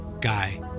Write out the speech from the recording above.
guy